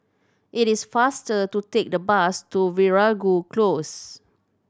it is faster to take the bus to Veeragoo Close